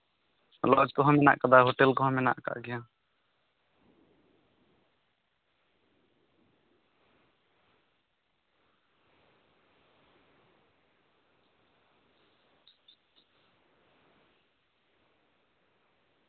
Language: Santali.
ᱞᱚᱡᱽ ᱠᱚᱦᱚᱸ ᱢᱮᱱᱟᱜ ᱠᱟᱫᱟ ᱦᱳᱴᱮᱞ ᱠᱚᱦᱚᱸ ᱢᱮᱱᱟᱜ ᱠᱟᱜ ᱜᱮᱭᱟ